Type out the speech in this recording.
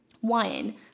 one